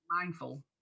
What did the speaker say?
mindful